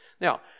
Now